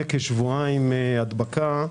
כשבועיים הדבקה,